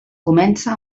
comença